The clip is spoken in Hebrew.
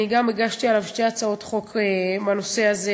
אני גם הגשתי שתי הצעות חוק בנושא הזה,